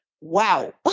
Wow